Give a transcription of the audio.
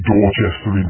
Dorchester